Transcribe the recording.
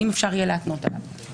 האם אפשר יהיה להתנות עליו.